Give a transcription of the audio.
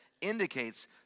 indicates